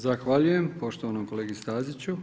Zahvaljujem poštovanom kolegi Staziću.